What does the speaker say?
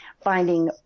finding